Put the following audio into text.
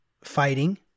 fighting